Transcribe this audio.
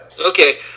Okay